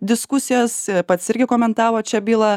diskusijas pats irgi komentavot šią bylą